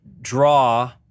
draw